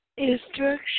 Instruction